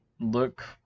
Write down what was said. look